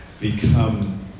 become